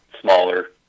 smaller